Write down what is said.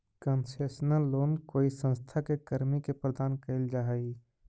concessional loan कोई संस्था के कर्मी के प्रदान कैल जा हइ